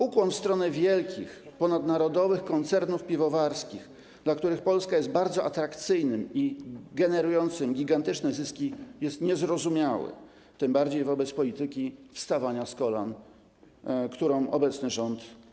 Ukłon w stronę wielkich, ponadnarodowych koncernów piwowarskich, dla których Polska jest bardzo atrakcyjna i generuje gigantyczne zyski, jest niezrozumiały, tym bardziej wobec polityki wstawania z kolan, którą prowadzi obecny rząd.